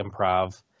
improv